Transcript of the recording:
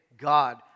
God